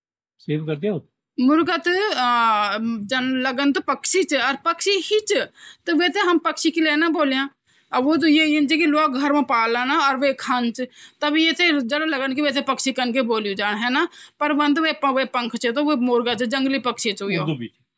कैंचि एक काटणों उपकरण छौ। ज्वो द्वी ब्लेंडू की मदत से काम करदि।